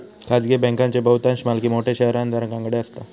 खाजगी बँकांची बहुतांश मालकी मोठ्या शेयरधारकांकडे असता